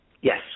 Yes